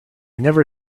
never